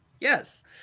Yes